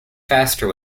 faster